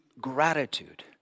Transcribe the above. gratitude